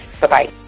bye-bye